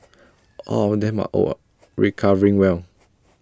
all of them are O R recovering well